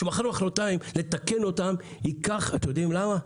שמחר-מחרתיים לתקן אותם ייקח אתם יודעים למה?